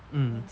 mm